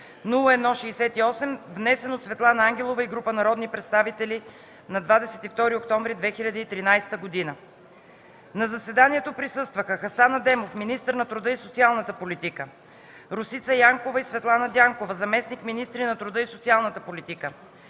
354-01-68, внесен от Светлана Ангелова и група народни представители на 22 октомври 2013 г. На заседанието присъстваха: Хасан Адемов – министър на труда и социалната политика, Росица Янкова и Светлана Дянкова – заместник-министри на труда и социалната политика,